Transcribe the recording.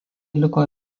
liko